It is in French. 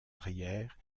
arrière